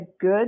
good